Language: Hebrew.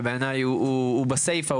שבעיניי הוא בסייפא,